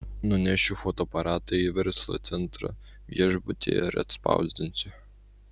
nunešiu fotoaparatą į verslo centrą viešbutyje ir atspausdinsiu